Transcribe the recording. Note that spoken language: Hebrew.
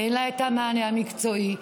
אין לה המענה המקצועי,